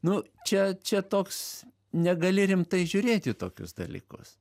nu čia čia toks negali rimtai žiūrėt į tokius dalykus